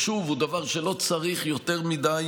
שוב, זה דבר שלא צריך יותר מדי,